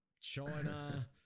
China